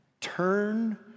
Turn